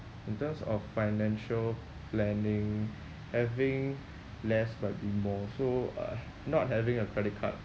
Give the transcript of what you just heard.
in terms of financial planning having less might be more so uh not having a credit card